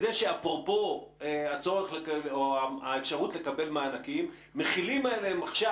את זה שאפרופו האפשרות לקבל מענקים מחילים עליהם עכשיו גם